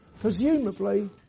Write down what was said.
presumably